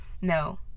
No